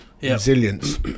resilience